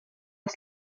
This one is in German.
das